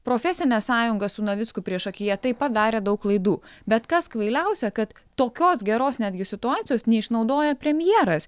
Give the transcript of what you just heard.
profesinė sąjunga su navicku priešakyje taip pat darė daug klaidų bet kas kvailiausia kad tokios geros netgi situacijos neišnaudoja premjeras